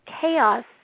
chaos